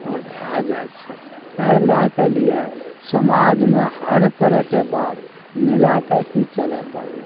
आओर भए जाइ छै तहि लएके लिये समाजमे हर तरहके बात मिलाके ही चलय पड़य छै